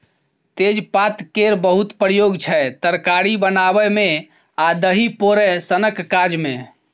तेजपात केर बहुत प्रयोग छै तरकारी बनाबै मे आ दही पोरय सनक काज मे